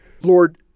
Lord